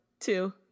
two